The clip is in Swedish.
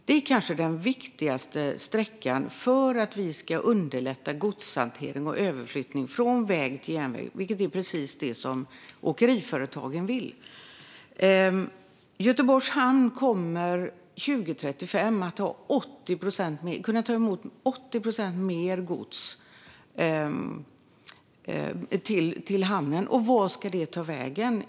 Det är kanske den viktigaste sträckan för att vi ska underlätta godshantering och överflyttning från väg till järnväg, vilket är precis vad åkeriföretagen vill. Göteborgs hamn kommer att kunna ta emot 80 procent mer gods 2035, men vart ska det ta vägen?